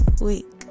week